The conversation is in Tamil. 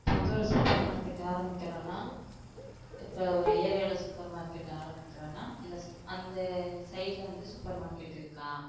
இப்போ வந்து ஒரு சூப்பர் மார்க்கெட்டு ஆரம்மிக்கிறோன்னா இப்போ ஒரு ஏரியாவில் சூப்பர் மார்க்கெட் ஆரம்மிக்கிறோன்னா இந்த அந்த சைடில் வந்து சூப்பர் மார்க்கெட் இருக்கா